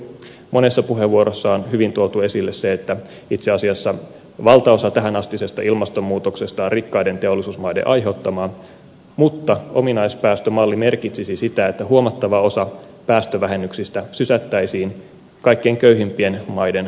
monessa puheenvuorossa on hyvin tuotu esille se että itse asiassa valtaosa tähänastisesta ilmastonmuutoksesta on rikkaiden teollisuusmaiden aiheuttamaa mutta ominaispäästömalli merkitsisi sitä että huomattava osa päästövähennyksistä sysättäisiin kaikkein köyhimpien maiden vastuulle